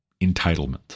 entitlement